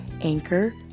Anchor